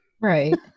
Right